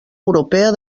europea